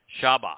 Shabbat